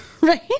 Right